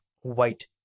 white